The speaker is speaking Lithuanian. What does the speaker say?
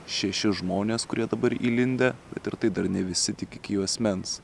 šešis žmones kurie dabar įlindę bet ir tai dar ne visi tik iki juosmens